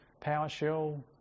PowerShell